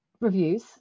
reviews